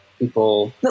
people